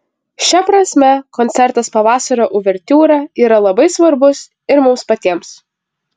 šia prasme koncertas pavasario uvertiūra yra labai svarbus ir mums patiems